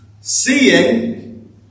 seeing